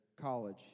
College